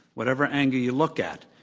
whatever angle you look at,